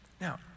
Now